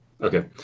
Okay